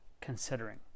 considering